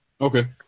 okay